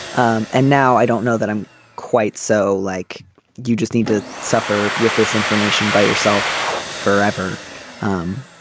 um and now i don't know that i'm quite so like you just need to suffer with this information by yourself forever um